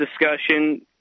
discussion